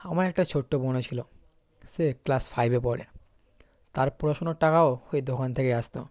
আমার একটা ছোট্ট বোনও ছিলো সে ক্লাস ফাইভে পড়ে তার পড়াশুনোর টাকাও ওই দোকান থেকেই আসতো